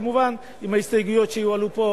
כמובן עם ההסתייגויות שיעלו פה,